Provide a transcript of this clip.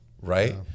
right